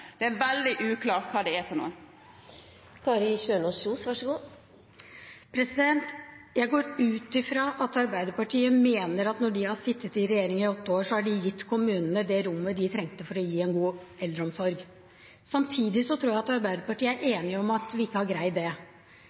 Det er veldig uklart hva det er for noe. Jeg går ut fra at Arbeiderpartiet mener at når de har sittet i regjering i åtte år, har de gitt kommunene det rommet de trengte for å gi en god eldreomsorg. Samtidig tror jeg at Arbeiderpartiet er enig i at vi ikke har greid det.